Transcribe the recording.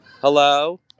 Hello